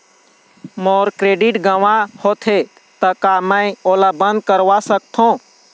मोर credit गंवा होथे गे ता का मैं ओला बंद करवा सकथों?